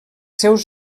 seus